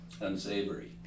unsavory